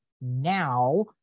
now